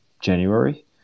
January